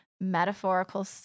metaphorical